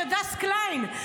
את הדס קליין,